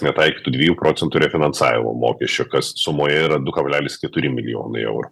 netaikytų dviejų procentų refinansavimo mokesčio kas sumoje yra du kablelis keturi milijonai eurų